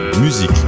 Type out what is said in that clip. musique